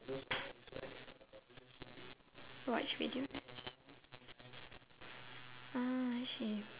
watch videos ah I see